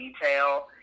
detail